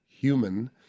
human